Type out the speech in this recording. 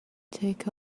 take